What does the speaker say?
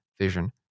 vision